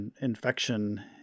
infection